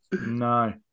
No